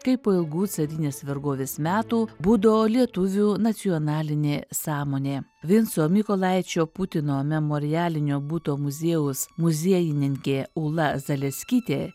kaip po ilgų carinės vergovės metų budo lietuvių nacionalinė sąmonė vinco mykolaičio putino memorialinio buto muziejaus muziejininkė ula zaleskytė